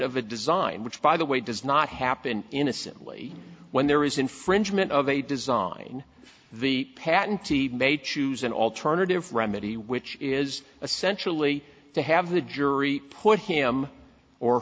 of a design which by the way does not happen innocently when there is infringement of a design the patentee may choose an alternative remedy which is essentially to have the jury put him or